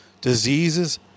diseases